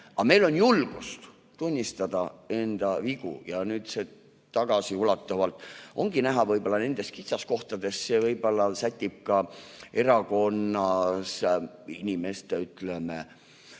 Aga meil on julgust tunnistada enda vigu. Nüüd see tagasiulatuvalt ongi näha võib-olla nendest kitsaskohtadest. See võib-olla sätib ka erakonnas inimeste, ütleme,